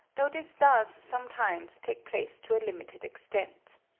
though this does sometimes take place to a limited extent.